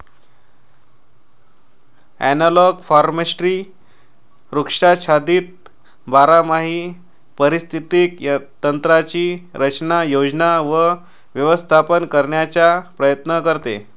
analogue forestry वृक्षाच्छादित बारमाही पारिस्थितिक तंत्रांची रचना, योजना व व्यवस्थापन करण्याचा प्रयत्न करते